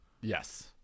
Yes